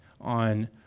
on